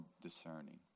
discerning